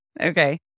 Okay